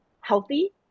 healthy